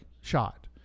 shot